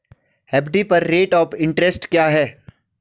FD पर rate of interest क्या है?